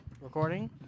Recording